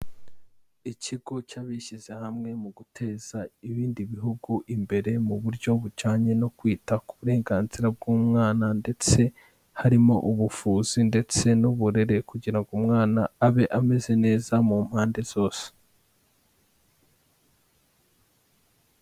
Ikigo cy'abishyize hamwe mu guteza ibindi bihugu imbere, mu buryo bujyanye no kwita ku burenganzira bw'umwana, ndetse harimo ubuvuzi, ndetse n'uburere, kugira ngo umwana abe ameze neza mu mpande zose.